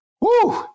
Woo